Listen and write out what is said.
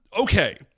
Okay